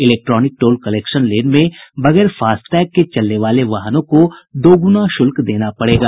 electronic toll collection lane में बगैर FASTag के चलने वाले वाहनों को दोगुना शुल्क देना पड़ेगा